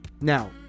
Now